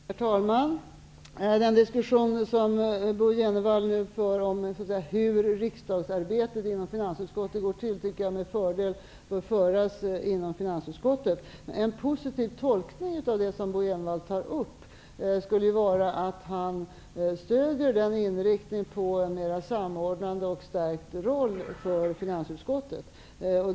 Herr talman! Den diskussion som Bo Jenevall nu för om hur riksdagsarbetet inom finansutskottet skall gå till tycker jag med fördel bör föras inom finansutskottet. En positiv tolkning av det som Jenevall tar upp skulle vara att han stödjer inriktningen på en mer samordnande och stärkt roll för finansutskottet.